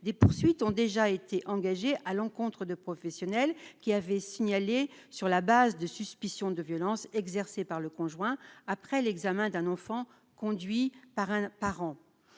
des poursuites ont déjà été engagées à l'encontre de professionnels qui avait signalé sur la base de suspicion de violences exercées par le conjoint après l'examen d'un enfant, conduit par un parent